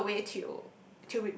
all the way till